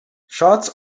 shots